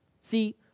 See